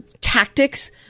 tactics